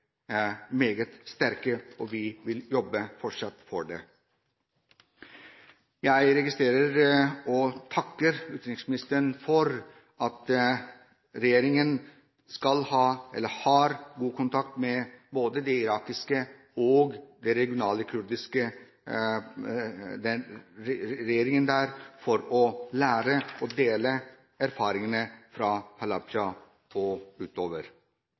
meget klare, og vi vil fortsatt jobbe for det. Jeg registrerer og takker utenriksministeren for at regjeringen har god kontakt med både den irakiske og den regionale kurdiske regjeringen for å lære av og dele erfaringene fra Halabja